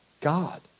God